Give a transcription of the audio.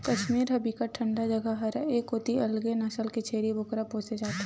कस्मीर ह बिकट ठंडा जघा हरय ए कोती अलगे नसल के छेरी बोकरा पोसे जाथे